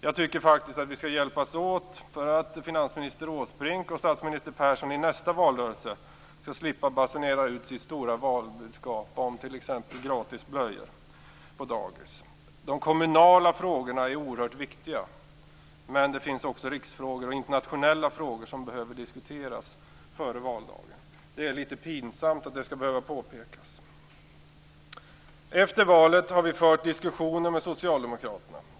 Jag tycker faktiskt att vi skall hjälpas åt för att finansminister Åsbrink och statsminister Persson i nästa valrörelse skall slippa basunera ut sitt stora valbudskap om t.ex. gratis blöjor på dagis. De kommunala frågorna är oerhört viktiga, men det finns också riksfrågor och internationella frågor som behöver diskuteras före valdagen. Det är litet pinsamt att det skall behöva påpekas. Efter valet har vi fört diskussioner med Socialdemokraterna.